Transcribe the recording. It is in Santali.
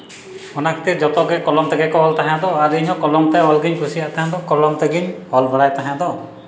ᱚᱱᱟ ᱠᱷᱟᱹᱛᱤᱨ ᱡᱚᱛᱚ ᱜᱮ ᱠᱚᱞᱚᱢ ᱛᱮᱜᱮ ᱠᱚ ᱚᱞ ᱛᱟᱦᱮᱸ ᱫᱚ ᱟᱨ ᱤᱧ ᱦᱚᱸ ᱠᱚᱞᱚᱢ ᱛᱮ ᱚᱞ ᱜᱮᱧ ᱠᱩᱥᱤᱭᱟᱜ ᱛᱟᱦᱮᱸ ᱫᱚ ᱠᱚᱞᱚᱢ ᱛᱮᱜᱮᱧ ᱚᱞ ᱵᱟᱲᱟᱭ ᱛᱟᱦᱮᱸ ᱫᱚ